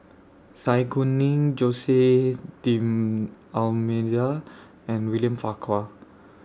Zai Kuning Jose D'almeida and William Farquhar